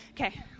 okay